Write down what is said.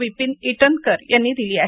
विपीन इटनकर यांनी दिली आहे